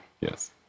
Yes